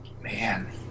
Man